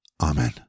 Amen